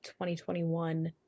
2021